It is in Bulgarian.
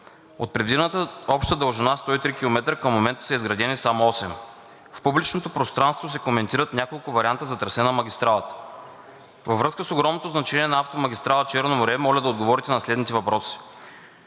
От предвидената обща дължина 103 км към момента са изградени само 8. В публичното пространство се коментират няколко варианта за трасе на магистралата. Във връзка с огромното значение на автомагистрала „Черно море“, моля да отговорите на следните въпроси: